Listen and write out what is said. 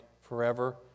forever